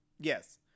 yes